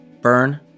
burn